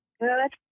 Good